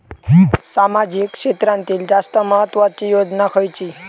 सामाजिक क्षेत्रांतील जास्त महत्त्वाची योजना खयची?